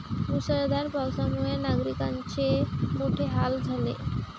मुसळधार पावसामुळे नागरिकांचे मोठे हाल झाले